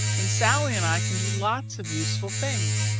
and sallie an i can do lots of useful things.